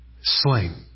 slain